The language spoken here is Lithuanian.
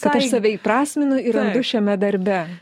kad aš save įprasminu ir randu šiame darbe